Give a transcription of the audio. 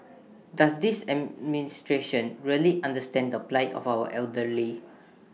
does this administration really understand the plight of our elderly